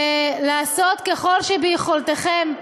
ולעשות ככל שביכולתכם,